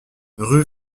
rue